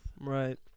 Right